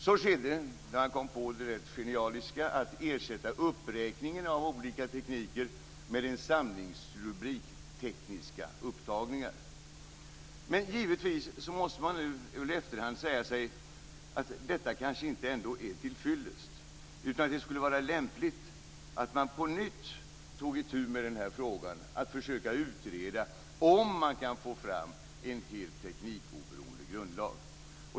Så skedde, då man kom på det ganska genialiska att ersätta uppräkningen av olika tekniker med samlingsrubriken "Tekniska upptagningar". Men givetvis måste man nu i efterhand säga att detta kanske inte är till fyllest ändå. Det skulle vara lämpligt att man på nytt tog itu med frågan att försöka utreda om man kan få fram en helt teknikoberoende grundlag.